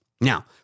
Now